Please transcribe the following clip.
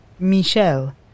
Michel